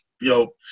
yo